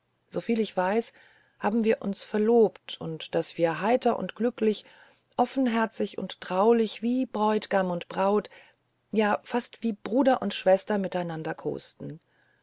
soviel weiß ich daß wir uns verlobten und daß wir heiter und glücklich offenherzig und traulich wie bräut'gam und braut ja fast wie bruder und schwester miteinander kosten